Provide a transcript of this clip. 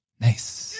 Nice